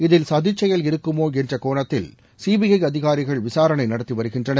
இதில் சதிச்செயல் இருக்குமோ என்ற கோணத்தில் சிபிஐ அதிகாரிகள் விசாரணை நடத்தி வருகின்றனர்